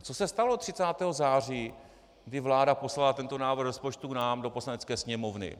Co se stalo 30. září, kdy vláda poslala tento návrh rozpočtu nám, do Poslanecké sněmovny?